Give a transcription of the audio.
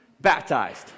Baptized